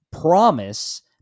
promise